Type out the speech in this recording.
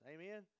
amen